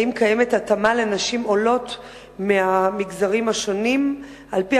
האם קיימת התאמה לנשים עולות מהמגזרים השונים על-פי